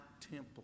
temple